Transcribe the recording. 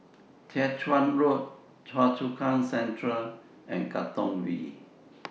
Jiak Chuan Road Choa Chu Kang Central and Katong V